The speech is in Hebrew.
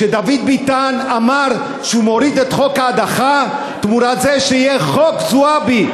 כשדוד ביטן אמר שהוא מוריד את חוק ההדחה תמורת זה שיהיה חוק זועבי,